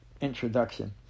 introduction